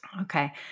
Okay